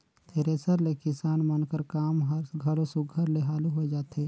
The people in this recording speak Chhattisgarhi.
थेरेसर ले किसान मन कर काम हर घलो सुग्घर ले हालु होए जाथे